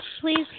please